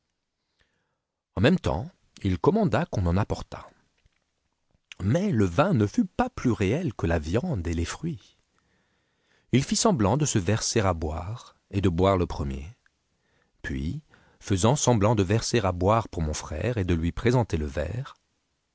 en même temps il commanda qu'on en apportât mais le vin ne fut pas plus réel que la viande et les fruits il fit semblant de se verser à boire et de boire le premier puis faisant semblant de verser à boire pour mon frère et de lui présenter le verre